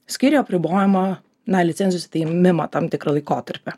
skiria apribojimą na licenzijos atėmimą tam tikrą laikotarpį